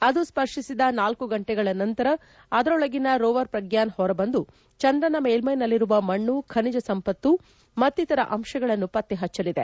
ಅದು ಸ್ವರ್ಶಿಸಿದ ಳ ಗಂಟೆಗಳ ನಂತರ ಅದರೊಳಗಿನ ರೋವರ್ ಪ್ರಜ್ಞಾನ್ ಹೊರಬಂದು ಚಂದ್ರನ ಮೇಲ್ಮೈನಲ್ಲಿರುವ ಮಣ್ಚು ಖನಿಜ ಸಂಪತ್ತು ಮತ್ತಿತರ ಅಂಶಗಳನ್ನು ಪತ್ತೆಹಚ್ಚಲಿದೆ